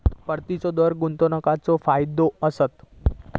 परताव्याचो दर गुंतवणीकीचो फायदो असता